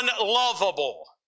unlovable